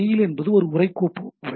mail என்பது ஒரு உரை கோப்பு உறை